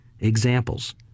examples